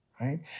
right